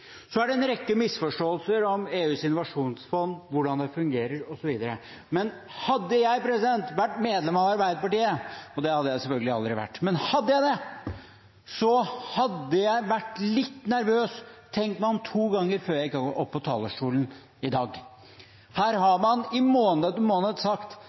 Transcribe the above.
Så er det en rekke misforståelser om EUs innovasjonsfond, hvordan det fungerer, osv. Men hadde jeg vært medlem av Arbeiderpartiet – det hadde jeg selvfølgelig aldri vært, men hadde jeg det – hadde jeg vært litt nervøs, tenkt meg om to ganger før jeg gikk opp på talerstolen i dag. Her har man i måned etter måned sagt